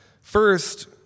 First